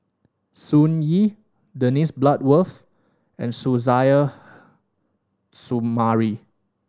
Sun Yee Dennis Bloodworth and Suzairhe Sumari